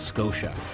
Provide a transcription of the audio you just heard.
Scotia